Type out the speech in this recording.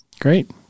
Great